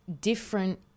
different